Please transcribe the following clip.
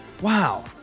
Wow